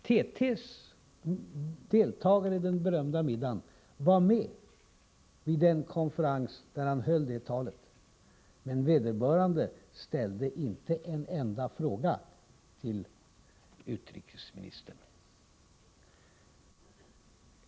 TT:s deltagare i den beryktade middagen var med vid den konferens där utrikesministern höll talet, men vederbörande ställde inte en enda fråga till utrikesministern.